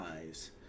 eyes